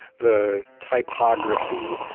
the typography.